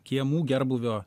kiemų gerbūvio